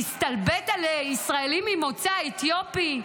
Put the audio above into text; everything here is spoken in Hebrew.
להסתלבט על ישראלים ממוצא אתיופי.